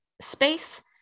space